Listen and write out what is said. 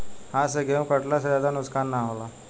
हाथ से गेंहू कटला से ज्यादा नुकसान ना होला